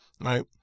right